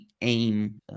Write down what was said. aim